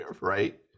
Right